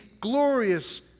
glorious